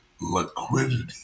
liquidity